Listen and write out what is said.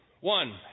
One